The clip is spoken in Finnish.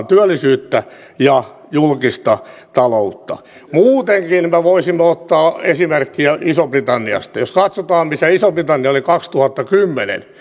työllisyyttä ja julkista taloutta muutenkin me voisimme ottaa esimerkkiä isosta britanniasta jos katsotaan missä iso britannia oli kaksituhattakymmenen